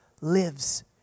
lives